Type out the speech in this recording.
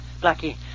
Blackie